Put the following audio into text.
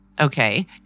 Okay